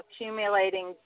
accumulating